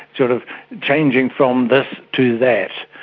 sort of changing from this to that.